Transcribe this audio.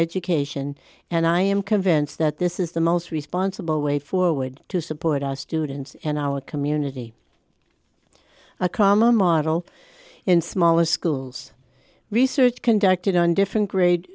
education and i am convinced that this is the most responsible way forward to support our students and our community a common model in smaller schools research conducted on different grade